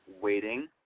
waiting